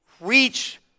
reach